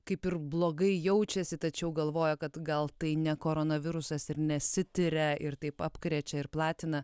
kaip ir blogai jaučiasi tačiau galvoja kad gal tai ne koronavirusas ir nesitiria ir taip apkrečia ir platina